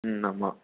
ம் ஆமாம்